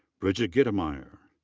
bridget gittemeier.